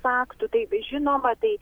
aktų taip žinoma tai